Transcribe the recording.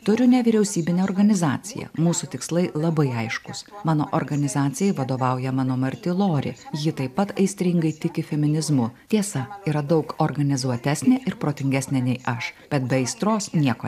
turiu nevyriausybinę organizaciją mūsų tikslai labai aiškūs mano organizacijai vadovauja mano marti lori ji taip pat aistringai tiki feminizmu tiesa yra daug organizuotesnė ir protingesnė nei aš bet be aistros nieko